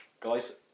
Guys